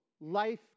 life